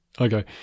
Okay